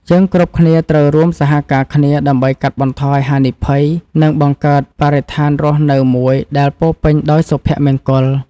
យើងគ្រប់គ្នាត្រូវរួមសហការគ្នាដើម្បីកាត់បន្ថយហានិភ័យ និងបង្កើតបរិស្ថានរស់នៅមួយដែលពោរពេញដោយសុភមង្គល។